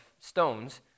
stones